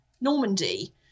Normandy